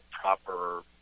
proper